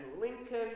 Lincoln